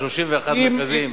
ל-31 מרכזים,